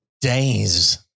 days